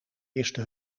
eerste